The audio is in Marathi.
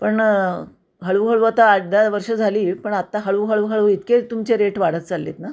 पण हळूहळू आता आठ दहा वर्ष झाली पण आता हळूहळूहळू इतके तुमचे रेट वाढत चालले आहेत ना